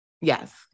Yes